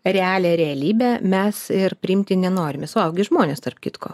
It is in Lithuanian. realią realybę mes ir priimti nenorime suaugę žmonės tarp kitko